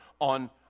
on